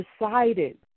decided